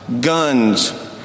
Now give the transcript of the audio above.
guns